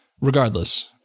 Regardless